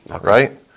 right